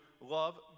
love